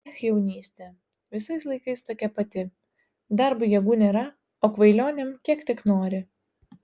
ech jaunystė visais laikais tokia pati darbui jėgų nėra o kvailionėm kiek tik nori